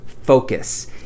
focus